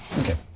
Okay